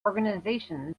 organizations